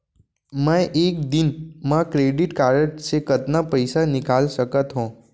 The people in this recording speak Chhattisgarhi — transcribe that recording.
मैं एक दिन म क्रेडिट कारड से कतना पइसा निकाल सकत हो?